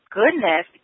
goodness